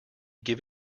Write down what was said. give